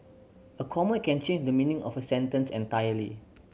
a comma can change the meaning of a sentence entirely